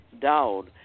down